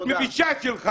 נדמה לך.